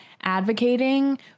advocating